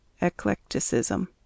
Eclecticism